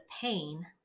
pain